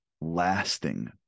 lasting